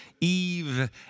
Eve